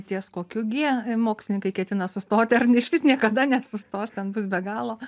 ties kokiu gie mokslininkai ketina sustoti ar išvis niekada nesustos ten bus be galo